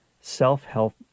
self-help